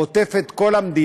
הוא עוטף את כל המדינה,